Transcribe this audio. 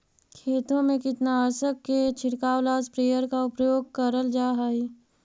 खेतों में कीटनाशक के छिड़काव ला स्प्रेयर का उपयोग करल जा हई